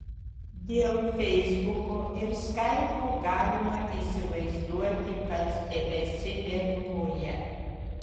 dėl feisbuko ir skaipo galima įsivaizduoti kad tebesi lietuvoje